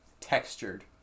textured